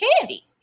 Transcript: candy